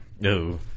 No